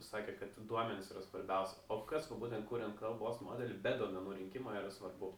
sakė kad duomenys yra svarbiausia o kas va būtent kuriant kalbos modelį be duomenų rinkimo yra svarbu